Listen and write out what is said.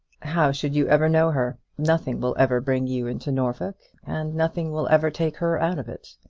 how should you ever know her? nothing will ever bring you into norfolk, and nothing will ever take her out of it.